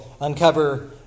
uncover